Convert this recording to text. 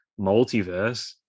multiverse